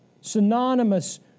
Synonymous